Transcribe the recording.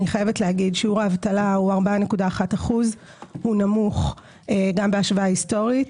אני חייבת להגיד ששיעור העבודה הוא 4.1%. הוא נמוך גם בהשוואה היסטורית.